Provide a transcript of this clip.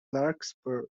larkspur